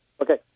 Okay